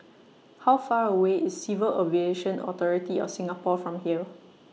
How Far away IS Civil Aviation Authority of Singapore from here